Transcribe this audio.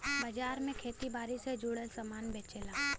बाजार में खेती बारी से जुड़ल सामान बेचला